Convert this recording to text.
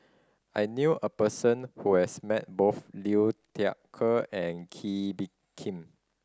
I knew a person who has met both Liu Thai Ker and Kee Bee Khim